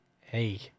hey